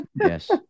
Yes